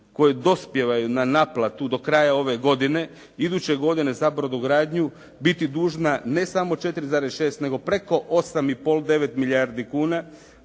koje dospijevaju na naplatu do kraja ove godine iduće godine za brodogradnju biti dužna ne samo 4,6, nego preko 8,5, 9 milijardi kuna.